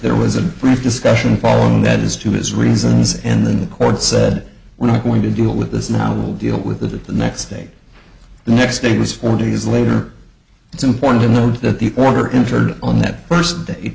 there was a frank discussion following that as to his reasons and then the court said we're not going to deal with this now we'll deal with it the next day the next day was four days later it's important to note that the order injured on that first day